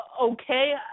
okay